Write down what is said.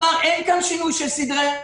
אין כאן שינוי של סדרי בראשית.